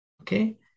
okay